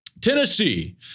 Tennessee